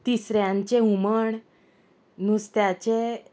तिसऱ्यांचें हुमण नुस्त्याचें